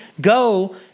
go